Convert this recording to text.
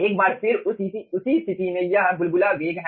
एक बार फिर उसी स्थिति में यह बुलबुला वेग है